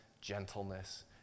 gentleness